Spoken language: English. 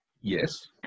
Yes